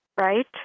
right